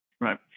Right